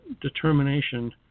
determination